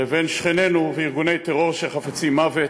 לבין שכנינו וארגוני טרור שחפצים מוות,